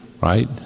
right